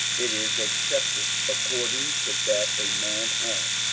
it is accepted according to that a man hath,